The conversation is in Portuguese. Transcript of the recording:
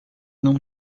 não